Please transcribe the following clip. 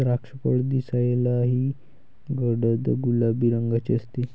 द्राक्षफळ दिसायलाही गडद गुलाबी रंगाचे असते